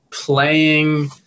playing